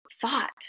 thought